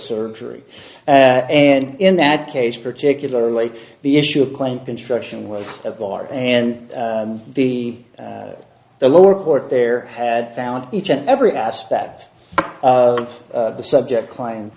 surgery and in that case particularly the issue claimed construction was a bar and the the lower court there had found each and every aspect of the subject client